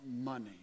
money